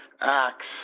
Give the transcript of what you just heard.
acts